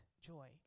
joy